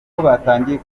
batangiye